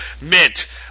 Mint